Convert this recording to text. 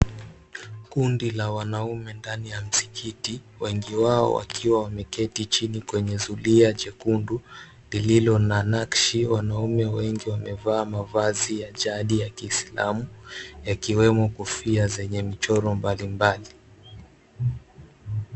Kundi la wanaume ndani ya msikiti, wengi wao wakiwa wameketi chini kwenye zulia jekundu lililo na nakshi. Wanaume wengi wamevaa mavazi ya jadi ya kiislamu yakiwemo kofia zenye michoro mbalimbali.